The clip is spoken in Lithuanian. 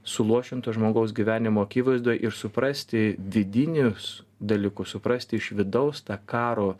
suluošinto žmogaus gyvenimo akivaizdoj ir suprasti vidinius dalykus suprasti iš vidaus tą karo